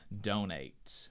donate